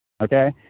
Okay